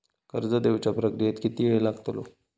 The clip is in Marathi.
कर्ज देवच्या प्रक्रियेत किती येळ लागतलो?